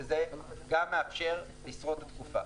וזה גם מאפשר לשרוד תקופה.